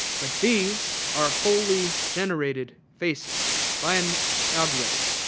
but these are holy generated faces by an algorithm.